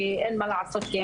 כי אין מה לעשות,